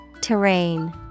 Terrain